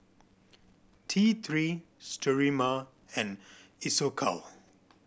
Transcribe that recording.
T Three Sterimar and Isocal